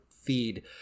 feed